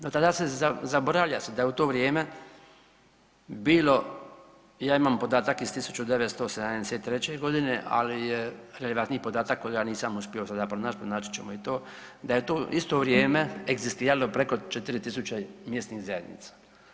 No zaboravlja se da je u to vrijeme bilo, ja imam podatak iz 1973. godine ali je relevantniji podatak kojega nisam uspio sada pronaći, pronaći ćemo i to da je u to isto vrijeme egzistiralo preko 4.000 mjesnih zajednica.